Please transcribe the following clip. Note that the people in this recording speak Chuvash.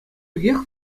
пекех